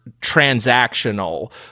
transactional